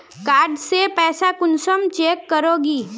Card से पैसा कुंसम चेक करोगी?